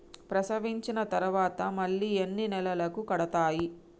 ప్రసవించిన తర్వాత మళ్ళీ ఎన్ని నెలలకు కడతాయి?